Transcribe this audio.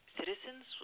citizens